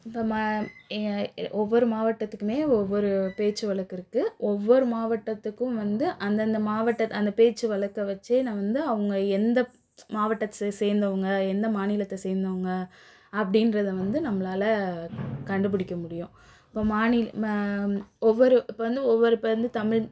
இப்போ ஒவ்வொரு மாவட்டத்துக்குமே ஒவ்வொரு பேச்சு வழக்கு இருக்குது ஒவ்வொரு மாவட்டத்துக்கும் வந்து அந்தந்த மாவட்டத்து அந்த பேச்சு வழக்க வைச்சே நான் வந்து அவங்க எந்த மாவட்டத்தை சே சேர்ந்தவுங்க எந்த மாநிலத்தை சேர்ந்தவுங்க அப்படின்றத வந்து நம்மளால் கண்டுபிடிக்க முடியும் இப்போ மாநிலம் ம ஒவ்வொரு இப்போ வந்து ஒவ்வொரு இப்போ வந்து தமிழ்